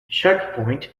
checkpoint